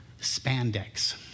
Spandex